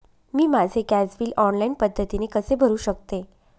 मी माझे gas bill online पद्धतीने कसे भरु शकते?